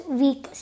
week